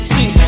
See